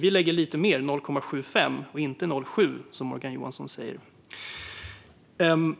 Vi lägger lite mer, nämligen 0,75, inte 0,7 som Morgan Johansson säger.